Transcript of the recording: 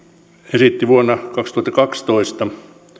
esitti vuonna kaksituhattakaksitoista